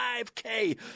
5K